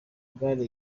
gare